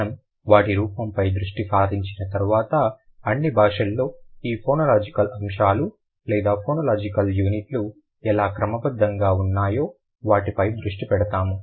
మనము వాటి రూపంపై దృష్టి సారించిన తర్వాత అన్ని భాషల్లో ఈ ఫోనోలాజికల్ అంశాలు లేదా ఫోనోలాజికల్ యూనిట్లు ఎలా క్రమబద్ధంగా ఉన్నాయో వాటిపై దృష్టి పెడతాము